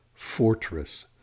fortress